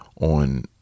On